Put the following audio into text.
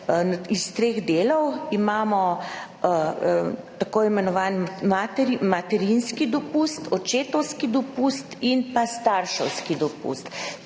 iz treh delov. Imamo tako imenovani materinski dopust, očetovski dopust in pa starševski dopust. Vsaka